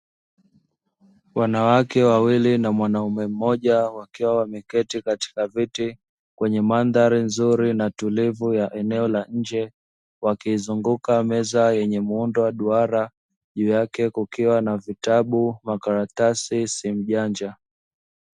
Wanawake wawili na mwanaume mmoja wakiwa wameketi katika viti kwenye mandhari nzuri na tulivu ya eneo la nje, wakizunguka meza yenye muundo wa duara juu yake kukiwa na vitabu, makaratasi na simu janja.